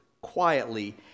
quietly